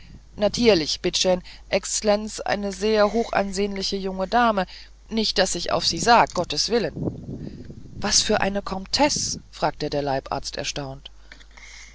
bitt schän exlenz eine sehr hochansehnliche junge dame nicht daß ich auf sie sag gotteswillen was für eine komtesse fragte der leibarzt erstaunt